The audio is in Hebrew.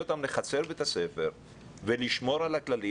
אותם לחצר בית הספר ולשמור על הכללים,